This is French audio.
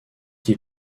qui